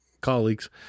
colleagues